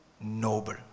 noble